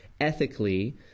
ethically